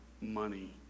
money